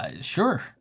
Sure